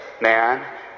man